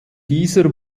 dieser